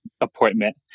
appointment